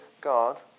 God